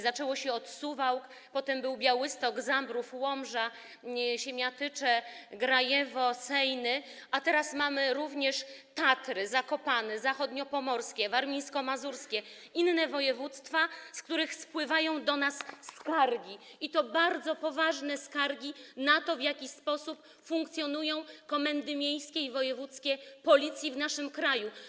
Zaczęło się od Suwałk, potem były Białystok, Zambrów, Łomża, Siemiatycze, Grajewo, Sejny, a teraz mamy również Tatry, Zakopane, województwo zachodniopomorskie, warmińsko-mazurskie i inne województwa, z których spływają do nas skargi, i to bardzo poważne skargi na to, w jaki sposób funkcjonują komendy miejskie i wojewódzkie Policji w naszym kraju.